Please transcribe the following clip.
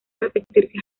repetirse